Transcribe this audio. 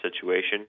situation